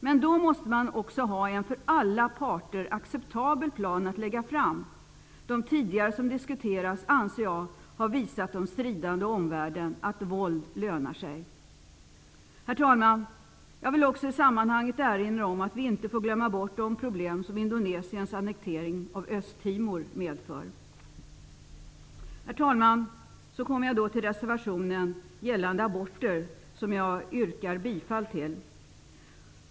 Men då måste man också ha en för alla parter acceptabel plan att lägga fram. De som tidigare har diskuterats har visat de stridande och omvärlden att våld lönar sig. Herr talman! Jag vill också i sammanhanget erinra om att vi inte får glömma bort de problem som Herr talman! Jag yrkar bifall till reservationen gällande aborter.